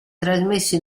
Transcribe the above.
trasmesso